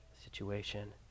situation